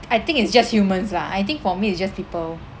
I think it's just humans lah I think for me it's just people